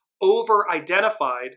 over-identified